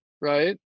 right